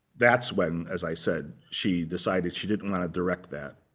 that's when, as i said, she decided she didn't want to direct that.